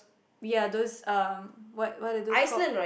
ya those um what what are those called